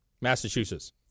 Massachusetts